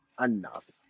enough